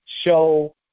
show